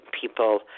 people